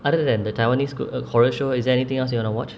other than the taiwanese g~ uh horror show is anything else you want to watch